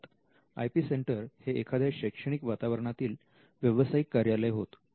अर्थात I P centre हे एखाद्या शैक्षणिक वातावरणातील व्यावसायिक कार्यालय होत